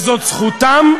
וזאת זכותם,